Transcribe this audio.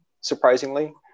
surprisingly